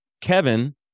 Kevin